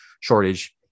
shortage